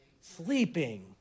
Sleeping